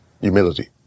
Humility